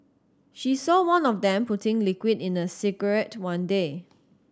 she saw one of them putting liquid in a cigarette one day